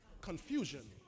confusion